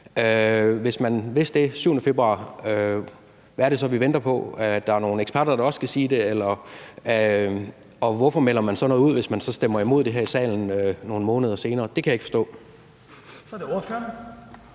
Hvis man vidste det den 7. februar, hvad er det så, vi venter på? Er det, at der er nogle eksperter, der også skal sige det? Og hvorfor melder man så noget ud, hvis man stemmer imod det her i salen nogle måneder senere? Det kan jeg ikke forstå. Kl. 17:33 Den fg.